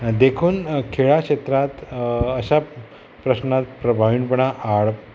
देखून खेळा क्षेत्रांत अश्या प्रश्नांत प्रभावीणपणां हाड